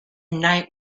night